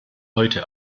heute